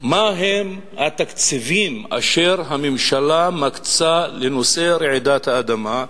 מהם התקציבים אשר הממשלה מקצה לנושא רעידת האדמה.